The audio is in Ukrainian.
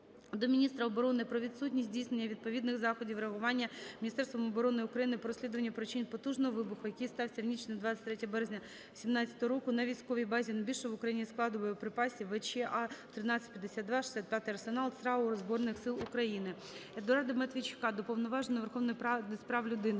до міністра оборони України про відсутність здійснення відповідних заходів реагування Міністерством оборони України по розслідуванню причин потужного вибуху, який стався в ніч на 23 березня 2017 року на військовій базі - найбільшого в Україні складу боєприпасів (в/ч А 1352, 65 арсенал ЦРАУ Збройний сил України). Едуарда Матвійчука до Уповноваженого Верховної Ради з прав людини,